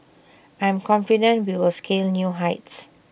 I'm confident we will scale new heights